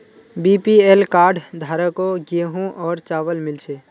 BPL card धारकों गेहूं और चावल मिल छे